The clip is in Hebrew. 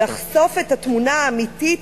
לחשוף את התמונה האמיתית